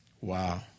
Wow